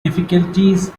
difficulties